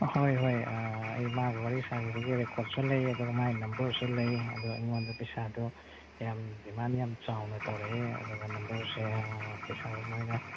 ꯑꯍꯣꯏ ꯍꯣꯏ ꯑꯩ ꯃꯥꯒ ꯋꯥꯔꯤ ꯁꯥꯈꯤꯕꯒꯤ ꯔꯦꯀꯣꯔꯠꯁꯨ ꯂꯩ ꯑꯗꯨꯒ ꯃꯥꯒꯤ ꯅꯝꯕꯔꯁꯨ ꯂꯩ ꯑꯗꯨꯒ ꯑꯩꯉꯣꯟꯗ ꯄꯩꯁꯥꯗꯣ ꯌꯥꯝ ꯗꯤꯃꯥꯟ ꯌꯥꯝ ꯆꯥꯎꯅ ꯇꯧꯔꯛꯑꯦ ꯑꯗꯨꯒ ꯅꯝꯕꯔꯁꯦ ꯄꯩꯁꯥꯗꯣ ꯃꯣꯏꯅ